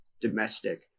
domestic